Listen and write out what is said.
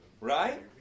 Right